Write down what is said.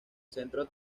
centro